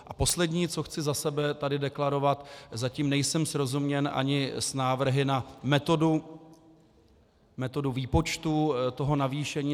A poslední, co chci za sebe tady deklarovat zatím nejsem srozuměn ani s návrhy na metodu výpočtu toho navýšení.